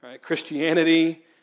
Christianity